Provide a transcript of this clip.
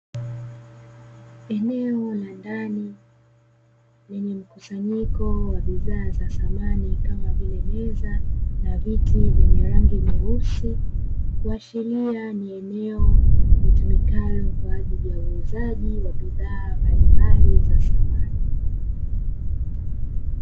Eneo la ndani, lenye mkusanyiko wa bidhaa za Samani kama vile meza na viti vyenye rangi nyeusi, likiashiria ni eneo ambalo litumikalo kwa ajili ya uuzaji wa bidhaa mbalimbali za Samani.